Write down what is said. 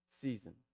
season